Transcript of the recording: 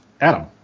Adam